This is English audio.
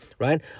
Right